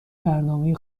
برنامه